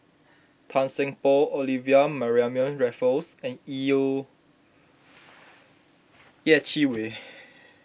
Tan Seng Poh Olivia Mariamne Raffles and Yeh Chi Wei